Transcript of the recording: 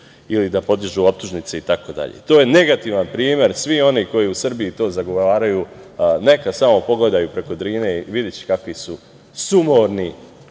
ili da podižu optužnice itd. To je negativan primer. Svi oni koji u Srbiji to zagovaraju, neka samo pogledaju preko Drine i videće kakvi su sumorni